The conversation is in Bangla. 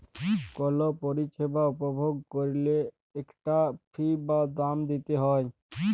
কল পরিছেবা উপভগ ক্যইরলে ইকটা ফি বা দাম দিইতে হ্যয়